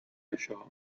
això